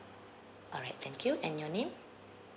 alright thank you and your name